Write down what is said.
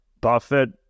Buffett